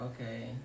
okay